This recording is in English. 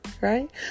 Right